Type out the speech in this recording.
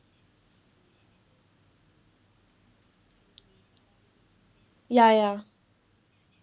ya ya